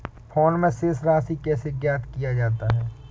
Phone से शेष राशि कैसे ज्ञात किया जाता है?